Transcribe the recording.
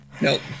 Nope